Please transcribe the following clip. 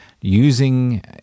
using